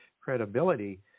credibility